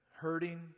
hurting